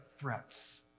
threats